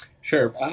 Sure